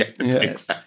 Yes